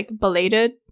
belated